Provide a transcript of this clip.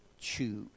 choose